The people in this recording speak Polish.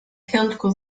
piątku